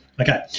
Okay